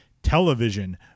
television